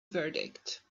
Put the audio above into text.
verdict